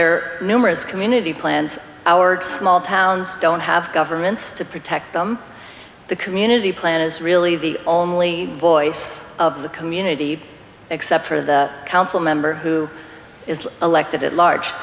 are numerous community plans our small towns don't have governments to protect them the community plan is really the only voice of the community except for the council member who is elected at large